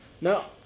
Now